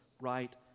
right